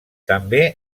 també